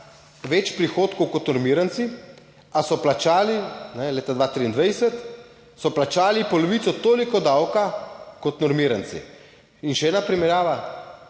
več prihodkov kot normiranci, a so plačali, kajne leta 2023, so plačali polovico toliko davka kot normiranci. In še ena primerjava.